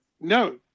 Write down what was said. no